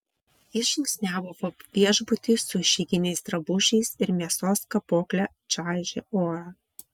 jis žingsniavo po viešbutį su išeiginiais drabužiais ir mėsos kapokle čaižė orą